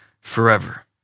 forever